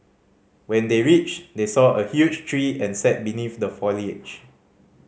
when they reached they saw a huge tree and sat beneath the foliage